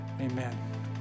Amen